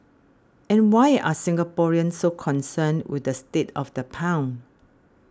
and why are Singaporeans so concerned with the state of the pound